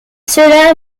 cela